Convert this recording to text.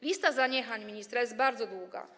Lista zaniechań ministra jest bardzo długa.